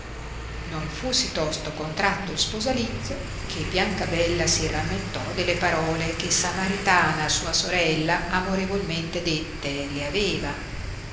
non fu sì tosto contratto il sponsalizio che biancabella si rammentò delle parole che samaritana sua sorella amorevolmente dette le aveva